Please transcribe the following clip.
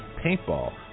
paintball